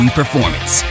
performance